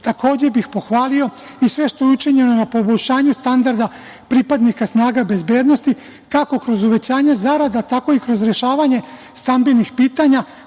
bih pohvalio i sve što je učinjeno na poboljšanju standarda pripadnika snaga bezbednosti kako kroz uvećanje zarada, tako i kroz rešavanje stambenih pitanja